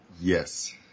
Yes